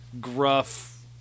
gruff